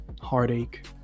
heartache